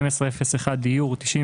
30001, משרד העלייה והקליטה.